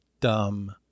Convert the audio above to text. dumb